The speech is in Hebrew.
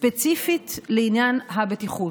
ספציפית לעניין הבטיחות,